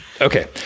Okay